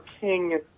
king